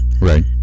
right